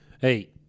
hey